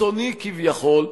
חיצוני כביכול,